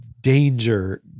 danger